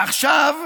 עכשיו,